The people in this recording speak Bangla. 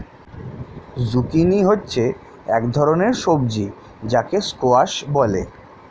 জুকিনি হচ্ছে এক ধরনের সবজি যাকে স্কোয়াশ বলে